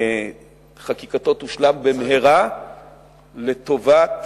חקיקתו תושלם במהרה לטובת